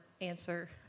answer